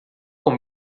com